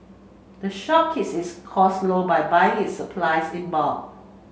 the shop cost low by buying its supplies in bulk